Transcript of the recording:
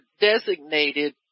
designated